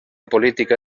política